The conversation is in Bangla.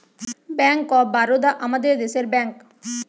ব্যাঙ্ক অফ বারোদা আমাদের দেশের ব্যাঙ্ক